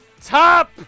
Top